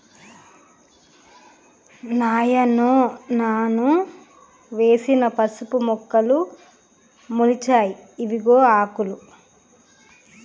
నాయనో నాను వేసిన పసుపు మొక్కలు మొలిచాయి ఇవిగో ఆకులు